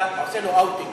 אתה עושה לו "אאוטינג".